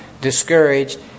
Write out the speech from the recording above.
discouraged